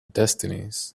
destinies